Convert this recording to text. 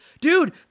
dude